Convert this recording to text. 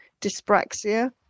dyspraxia